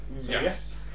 Yes